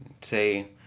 say